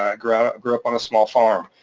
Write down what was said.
um grew but grew up on a small farm.